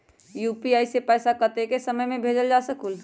UPI से पैसा कतेक समय मे भेजल जा स्कूल?